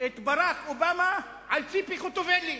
את ברק אובמה על ציפי חוטובלי.